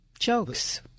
jokes